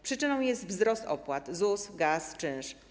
Przyczyną jest wzrost opłat: ZUS, gaz, czynsz.